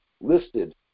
listed